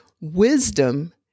wisdom